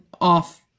off